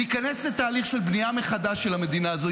להיכנס לתהליך של בנייה מחדש של המדינה הזו.